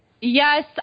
Yes